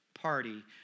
Party